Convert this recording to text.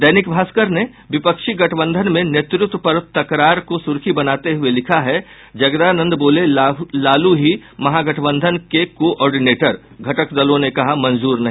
दैनिक भास्कर ने विपक्षी गठबंधन में नेतृत्व पर तकरार को सुर्खी बनाते हुए लिखा है जगदानंद बोले लालू ही महागठबंधन के को ऑर्डिनेटर घटक दलों ने कहा मंजूर नहीं